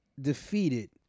defeated